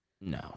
No